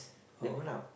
they grown up